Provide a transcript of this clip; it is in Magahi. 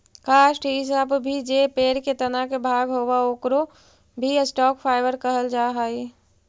काष्ठ इ सब भी जे पेड़ के तना के भाग होवऽ, ओकरो भी स्टॉक फाइवर कहल जा हई